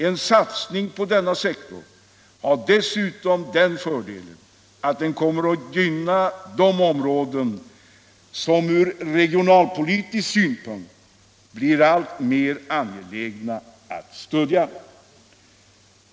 En satsning på denna sektor har dessutom fördelen att den kommer att gynna de områden som från regionalpolitisk synpunkt blir alltmer angelägna att stödja.